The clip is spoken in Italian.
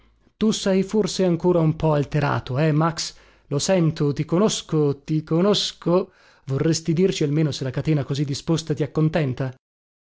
tu sei forse ancora un po alterato eh max lo sento ti conosco ti conosco vorresti dirci almeno se la catena così disposta ti accontenta